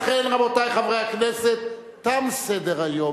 לכן, רבותי חברי הכנסת, תם סדר-היום,